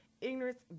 ignorance